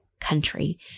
country